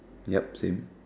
yep same